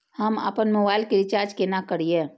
हम आपन मोबाइल के रिचार्ज केना करिए?